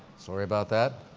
sorry about that.